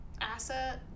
Asset